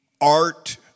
art